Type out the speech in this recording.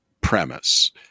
premise